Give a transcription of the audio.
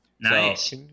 Nice